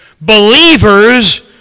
Believers